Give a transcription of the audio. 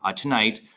ah tonight,